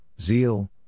Zeal